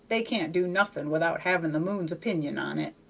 they can't do nothing without having the moon's opinion on it.